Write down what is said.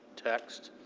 text,